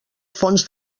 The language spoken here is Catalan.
fons